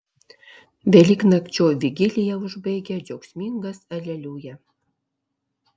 velyknakčio vigiliją užbaigia džiaugsmingas aleliuja